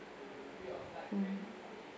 mm